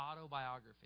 autobiography